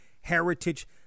Heritage